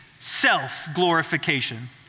self-glorification